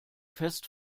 fest